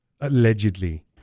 Allegedly